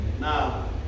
Now